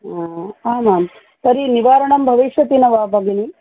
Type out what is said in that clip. ओ आमां तर्हि निवारणं भविष्यति न वा भगिनी